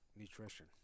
nutrition